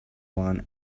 one